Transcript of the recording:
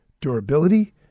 durability